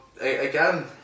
again